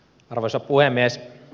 arvoisa puhemies